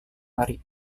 hari